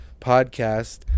podcast